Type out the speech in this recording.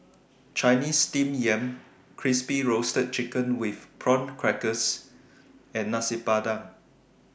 Chinese Steamed Yam Crispy Roasted Chicken with Prawn Crackers and Nasi Padang